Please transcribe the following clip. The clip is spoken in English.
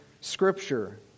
scripture